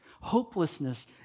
Hopelessness